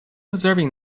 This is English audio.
observing